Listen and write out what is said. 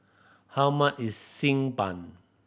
how much is Xi Ban